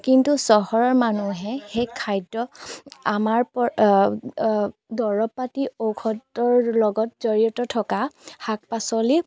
কিন্তু চহৰৰ মানুহে সেই খাদ্য আমাৰ দৰব পাতি ঔষধৰ লগত জড়িত থকা শাক পাচলি